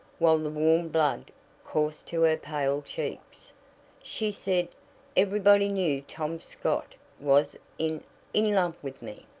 while the warm blood coursed to her pale cheeks she said everybody knew tom scott was in in love with me!